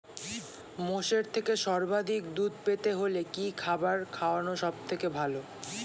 মোষের থেকে সর্বাধিক দুধ পেতে হলে কি খাবার খাওয়ানো সবথেকে ভালো?